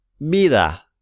Vida